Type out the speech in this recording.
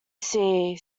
see